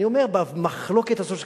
אני אומר שבמחלוקת הזאת שקיימת,